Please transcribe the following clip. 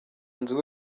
nzu